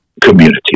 community